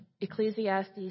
Ecclesiastes